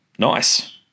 Nice